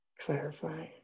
clarify